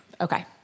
Okay